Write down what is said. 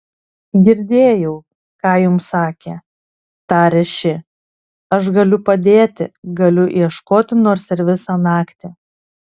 girdėjau ką jums sakė tarė ši aš galiu padėti galiu ieškoti nors ir visą naktį